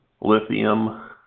lithium